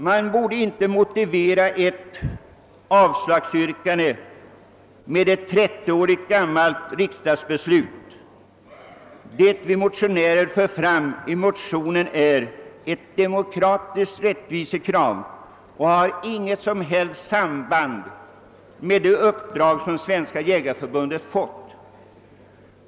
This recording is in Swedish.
Man borde inte motivera ett avslagsyrkande med ett 30 år gammalt riksdagsbeslut. Vad vi motionärer för fram är ett demokratiskt rättvisekrav som inte har något som helst samband med det uppdrag som Svenska jägareförbundet fått.